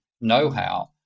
know-how